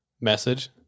message